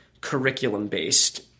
curriculum-based